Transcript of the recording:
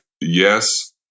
yes